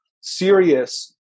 serious